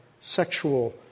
sexual